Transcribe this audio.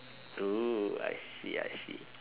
oo I see I see